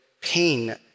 pain